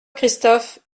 christophe